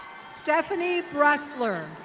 stefanie bressler.